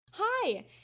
Hi